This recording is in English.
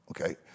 Okay